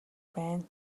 байна